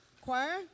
Choir